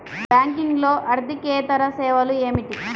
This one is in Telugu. బ్యాంకింగ్లో అర్దికేతర సేవలు ఏమిటీ?